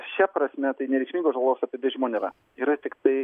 šia prasme tai nereikšmingos žalos apibrėžimo nėra yra tiktai